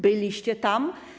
Byliście tam.